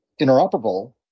interoperable